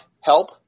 help